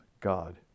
God